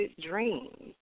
dreams